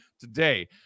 today